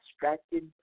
distracted